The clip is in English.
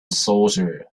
sorcerer